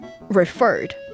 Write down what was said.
referred